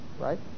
right